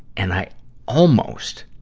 and i almost